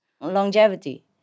longevity